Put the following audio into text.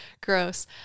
Gross